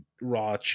Raw